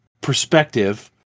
perspective